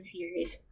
Series